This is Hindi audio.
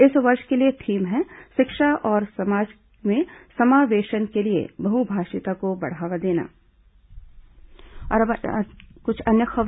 इस वर्ष के लिए थीम है शिक्षा और समाज में समावेशन के लिए बहुभाषिता को बढ़ावा देना